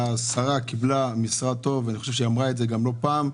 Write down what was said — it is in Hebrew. השרה קיבלה משרד טוב ואני חושב שהיא אמרה את זה לא פעם,